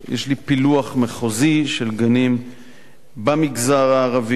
לי פילוח מחוזי של גנים במגזר הערבי.